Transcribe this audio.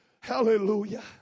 Hallelujah